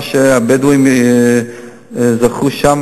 אני רוצה לציין שמה שהבדואים זכו שם